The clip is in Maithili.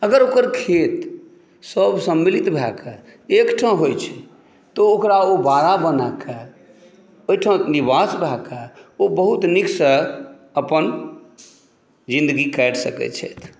अगर ओकर खेत सब सम्मिलित भएके एक ठाँ होइ छै तऽ ओकरा ओ बाड़ा बनाके ओहि ठाँ निवास कऽके ओ बहुत नीक से अपन जिन्दगी काटि सकै छैथ